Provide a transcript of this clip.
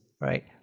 right